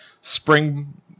spring